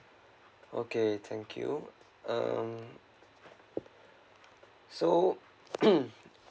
okay thank you um so